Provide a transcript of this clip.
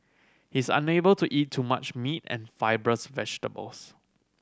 he is unable to eat too much meat and fibrous vegetables